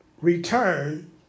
return